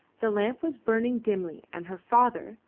the lamp was burning dimly, and her father,